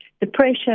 depression